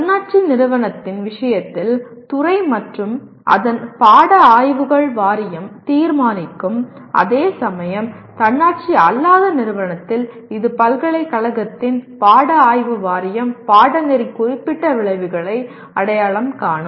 தன்னாட்சி நிறுவனத்தின் விஷயத்தில் துறை மற்றும் அதன் பாட ஆய்வுகள் வாரியம் தீர்மானிக்கும் அதேசமயம் தன்னாட்சி அல்லாத நிறுவனத்தில் இது பல்கலைக்கழகத்தின் பாட ஆய்வு வாரியம் பாடநெறி குறிப்பிட்ட விளைவுகளை அடையாளம் காணும்